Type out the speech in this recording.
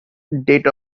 date